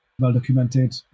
well-documented